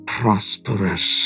prosperous